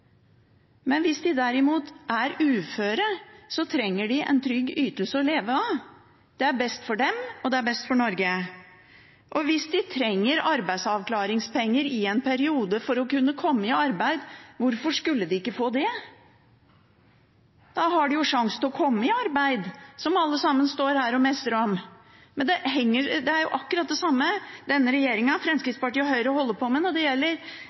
Men hvis de derimot er uføre, trenger de en trygg ytelse å leve av. Det er best for dem, og det er best for Norge. Og hvis de trenger arbeidsavklaringspenger i en periode for å kunne komme i arbeid, hvorfor skulle de ikke få det? Da har de jo sjangs til å komme i arbeid, som alle sammen står her og messer om. Det er akkurat det samme denne regjeringen, Fremskrittspartiet og Høyre, holder på med når det gjelder